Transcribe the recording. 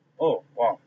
oh !wow!